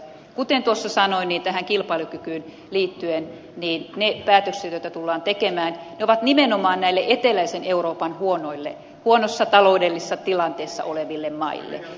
kuten sanoin kilpailukykyyn liittyen ne päätökset joita tullaan tekemään ovat nimenomaan näille eteläisen euroopan huonossa taloudellisessa tilanteessa oleville maille